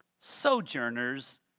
sojourners